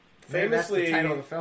Famously